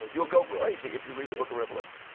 you'll go go crazy if you read the book of revelation.